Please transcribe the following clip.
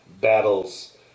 battles